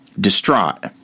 distraught